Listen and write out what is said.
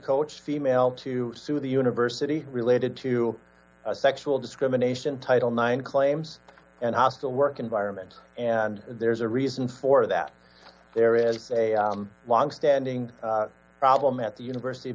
coach female to sue the university related to sexual discrimination title nine claims and hostile work environment and there's a reason for that there is a longstanding problem at the university of